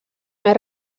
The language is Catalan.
més